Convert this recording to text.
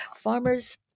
farmers